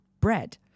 bread